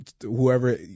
Whoever